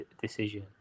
decision